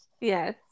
yes